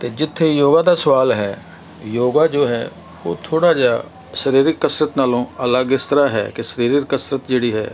ਅਤੇ ਜਿੱਥੇ ਯੋਗਾ ਦਾ ਸਵਾਲ ਹੈ ਯੋਗਾ ਜੋ ਹੈ ਉਹ ਥੋੜ੍ਹਾ ਜਿਹਾ ਸਰੀਰਕ ਕਸਰਤ ਨਾਲੋਂ ਅਲੱਗ ਇਸ ਤਰ੍ਹਾਂ ਹੈ ਕਿ ਸਰੀਰਕ ਕਸਰਤ ਜਿਹੜੀ ਹੈ